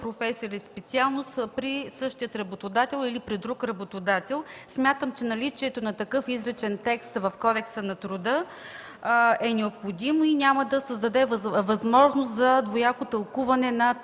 професия или специалност при същия работодател или при друг работодател. Смятам, че наличието на такъв изричен текст в Кодекса на труда е необходимо и няма да създаде възможност за двояко тълкуване на